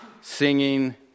singing